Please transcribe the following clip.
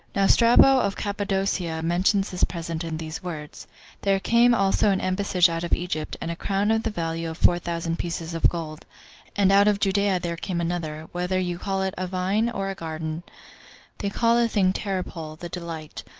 now strabo of cappadocia mentions this present in these words there came also an embassage out of egypt, and a crown of the value of four thousand pieces of gold and out of judea there came another, whether you call it a vine or a garden they call the thing terpole, the delight.